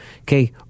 Okay